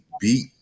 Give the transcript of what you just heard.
beat